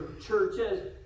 churches